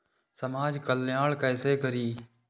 समाज कल्याण केसे करी?